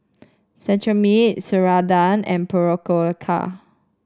Cetrimide Ceradan and Berocca